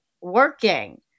working